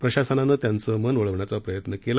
प्रशासनानं त्यांचं मन वळवण्याचा प्रयत्न केला